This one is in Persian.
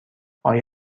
آیا